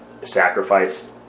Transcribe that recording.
sacrifice